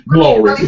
Glory